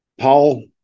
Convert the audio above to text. Paul